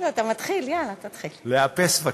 לאפס בבקשה.